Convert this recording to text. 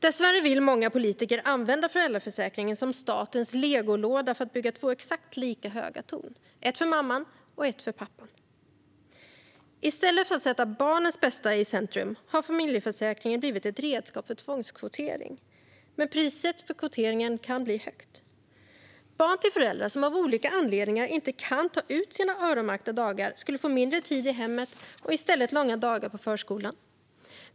Dessvärre vill många politiker använda föräldraförsäkringen som statens legolåda för att bygga två exakt lika höga torn: ett för mamman och ett för pappan. I stället för att sätta barnets bästa i centrum har föräldraförsäkringen blivit ett redskap för tvångskvotering. Men priset för kvoteringen kan bli högt. Barn till föräldrar som av olika anledningar inte kan ta ut sina öronmärkta dagar skulle få mindre tid i hemmet och i stället långa dagar på förskolan.